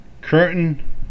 curtain